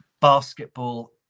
basketball